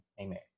Amen